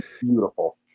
beautiful